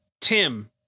Tim